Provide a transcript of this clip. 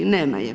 Nema je.